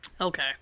Okay